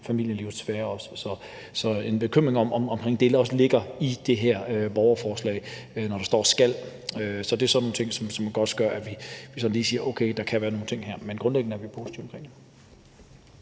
familielivets sfære – så en bekymring om, om det også ligger i det her borgerforslag, når der står »skal«. Det er sådan nogle ting, som også gør, at vi lige siger: Okay, der kan være nogle ting her. Men grundlæggende er vi positive omkring det.